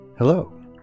Hello